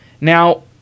Now